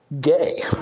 gay